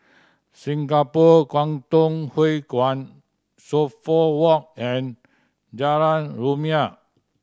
Singapore Kwangtung Hui Kuan Suffolk Walk and Jalan Rumia